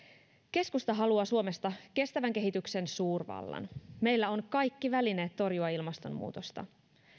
keskusta haluaa suomesta kestävän kehityksen suurvallan meillä on kaikki välineet torjua ilmastonmuutosta